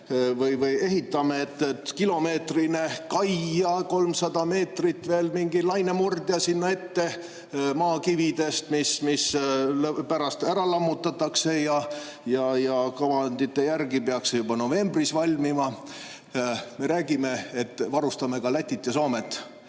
seda ehitame, et kilomeetrine kai ja 300 meetrit veel mingi lainemurdja sinna ette maakividest, mis pärast ära lammutatakse. Kavandite järgi peaks see juba novembris valmima. Me räägime, et varustame ka Lätit ja Soomet.